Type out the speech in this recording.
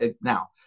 Now